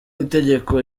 itegeko